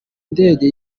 ndege